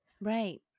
Right